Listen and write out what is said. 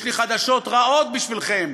יש לי חדשות רעות בשבילכם: